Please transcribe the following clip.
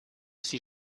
sie